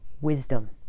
wisdom